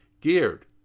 geared